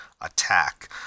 attack